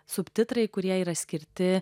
subtitrai kurie yra skirti